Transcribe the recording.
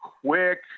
quick